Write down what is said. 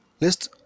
List